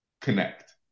connect